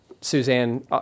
Suzanne